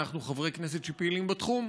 אנחנו חברי כנסת שפעילים בתחום,